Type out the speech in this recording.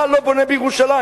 אתה לא בונה בירושלים,